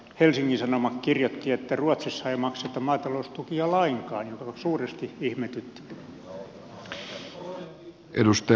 helsingin sanomat kirjoitti että ruotsissa ei makseta maataloustukia lainkaan mikä suuresti ihmetytti